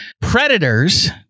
Predators